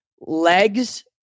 legs